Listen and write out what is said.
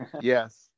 yes